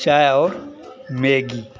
चाय और मैगी